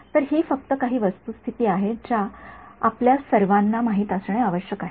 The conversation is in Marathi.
तर ही फक्त काही वस्तूस्थिती आहेत ज्या आपल्या सर्वांना माहित असणे आवश्यक आहे